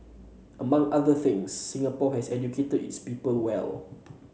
among other things Singapore has educated its people well